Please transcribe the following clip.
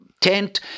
tent